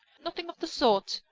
nothing of the sort,